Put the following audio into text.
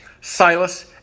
Silas